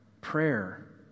Prayer